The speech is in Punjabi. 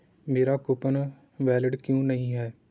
ਮੇਰਾ ਕੂਪਨ ਵੈਲਿਡ ਕਿਉਂ ਨਹੀਂ ਹੈ